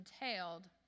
entailed